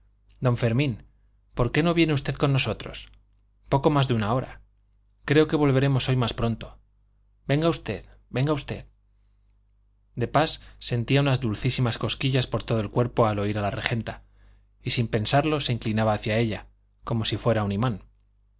don fermín por qué no viene usted con nosotros poco más de una hora creo que volveremos hoy más pronto venga usted venga usted de pas sentía unas dulcísimas cosquillas por todo el cuerpo al oír a la regenta y sin pensarlo se inclinaba hacia ella como si fuera un imán